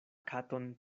katon